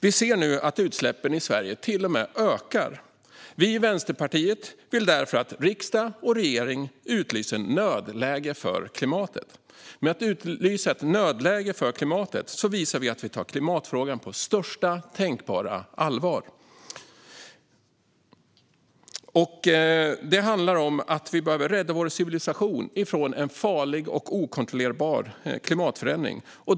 Vi ser nu att utsläppen i Sverige till och med ökar. Vi i Vänsterpartiet vill därför att riksdag och regering utlyser nödläge för klimatet. Genom att utlysa nödläge för klimatet visar vi att vi tar klimatfrågan på största tänkbara allvar. Det handlar om att vi behöver rädda vår civilisation från en farlig och okontrollerbar klimatförändring.